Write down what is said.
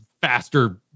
faster